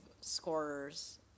scorers